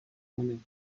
monnaie